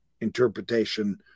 interpretation